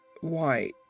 Why